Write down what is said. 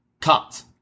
cut